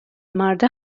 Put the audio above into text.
مرده